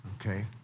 Okay